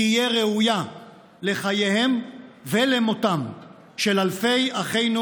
תהיה ראויה לחייהם ולמותם של אלפי אחינו